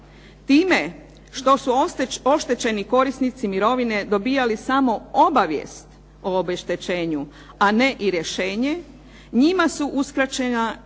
Time što su oštećeni korisnici mirovine dobijali samo obavijest o obeštećenju, a ne i rješenje njima su uskraćena elementarna